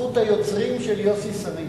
זכות היוצרים של יוסי שריד.